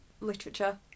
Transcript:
literature